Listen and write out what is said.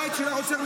אתה יועץ של הרוצח.